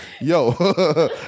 yo